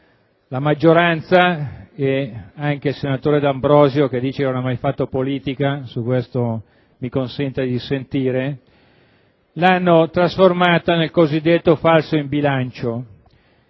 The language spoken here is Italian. la maggioranza, incluso il senatore D'Ambrosio che dice di non aver fatto mai politica - su questo mi consenta di dissentire -, l'ha trasformata nel cosiddetto «falso in bilancio»,